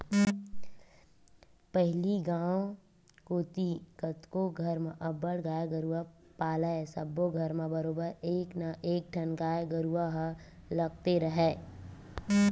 पहिली गांव कोती कतको घर म अब्बड़ गाय गरूवा पालय सब्बो घर म बरोबर एक ना एकठन गाय गरुवा ह लगते राहय